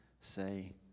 say